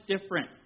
different